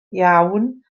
iawn